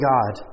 God